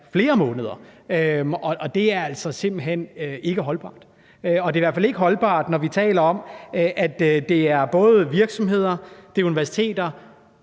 mere end det. Det er altså simpelt hen ikke holdbart. Det er i hvert fald ikke holdbart, når vi taler om, at det både er virksomheder, universiteter,